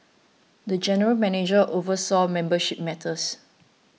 the general manager oversaw membership matters